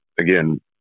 again